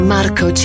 Marco